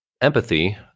empathy